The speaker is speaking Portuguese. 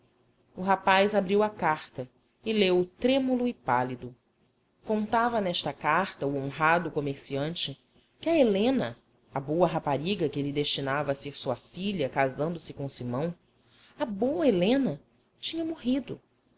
o rapaz abriu a carta e leu trêmulo e pálido contava nesta carta o honrado comerciante que a helena a boa rapariga que ele destinava a ser sua filha casando se com simão a boa helena tinha morrido